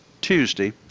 Tuesday